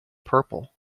purple